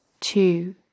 Two